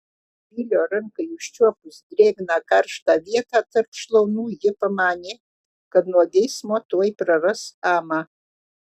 vilio rankai užčiuopus drėgną karštą vietą tarp šlaunų ji pamanė kad nuo geismo tuoj praras amą